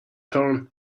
torn